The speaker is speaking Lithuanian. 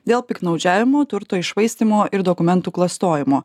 dėl piktnaudžiavimo turto iššvaistymo ir dokumentų klastojimo